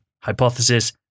Hypothesis